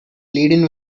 laden